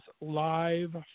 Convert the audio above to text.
live